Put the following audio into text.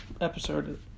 episode